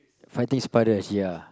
fighting spiders ya